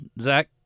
zach